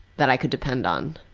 that i could depend on.